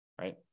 right